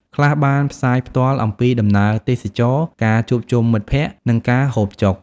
ខ្លះបានផ្សាយផ្ទាល់ អំពីដំណើរទេសចរណ៍ ការជួបជុំមិត្តភក្តិ និងការហូបចុក។